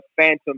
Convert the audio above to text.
phantom